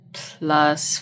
plus